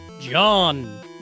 John